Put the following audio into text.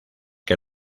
que